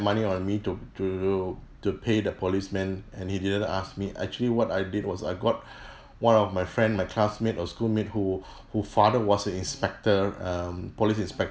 money on me to to to pay the policeman and he didn't ask me actually what I did was I got one of my friend my classmate or schoolmate who who father was a inspector um police inspector